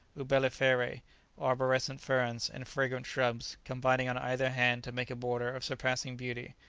umbelliferae, arborescent ferns and fragrant shrubs, combining on either hand to make a border of surpassing beauty.